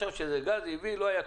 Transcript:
גז, לא היה כלום.